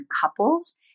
couples